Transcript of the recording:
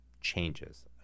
changes